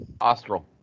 Austral